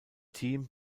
team